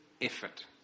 effort